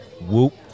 Whoop